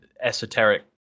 esoteric